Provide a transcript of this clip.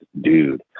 dude